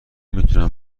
میتونم